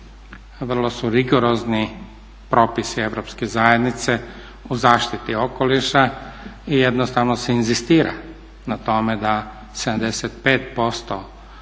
Vrlo su rigorozni propisi Europske zajednice o zaštiti okoliša i jednostavno se inzistira na tome da 75%